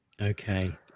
okay